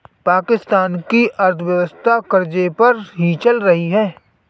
पाकिस्तान की अर्थव्यवस्था कर्ज़े पर ही चल रही है